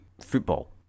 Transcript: football